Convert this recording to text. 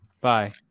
bye